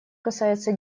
касается